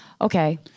Okay